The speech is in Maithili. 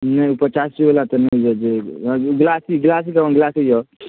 नहि पचासी बला तऽ नहि लेबै हँ बिरासी बिरासी बला बिरासी यऽ